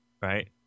right